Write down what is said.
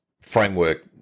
framework